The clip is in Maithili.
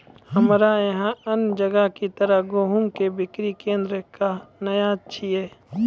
हमरा यहाँ अन्य जगह की तरह गेहूँ के बिक्री केन्द्रऽक नैय छैय?